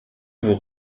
vous